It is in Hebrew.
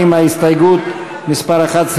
ההסתייגות לסעיף 10,